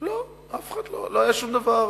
לא, לא היה שום דבר.